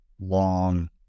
long